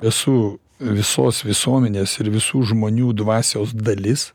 esu visos visuomenės ir visų žmonių dvasios dalis